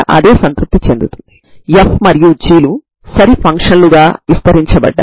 అదేవిధంగా sin μb మరియు cos μb కూడా 0 కావు